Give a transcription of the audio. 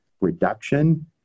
reduction